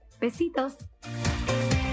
Besitos